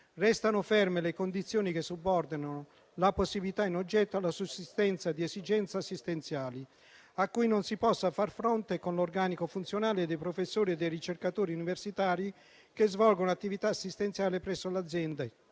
Restano ferme le condizioni che subordinano la possibilità in oggetto alla sussistenza di esigenze assistenziali a cui non si possa far fronte con l'organico funzionale dei professori e dei ricercatori universitari che svolgono attività assistenziale presso l'azienda